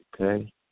Okay